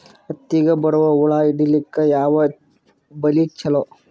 ಹತ್ತಿಗ ಬರುವ ಹುಳ ಹಿಡೀಲಿಕ ಯಾವ ಬಲಿ ಚಲೋ?